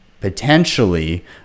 potentially